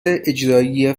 اجرایی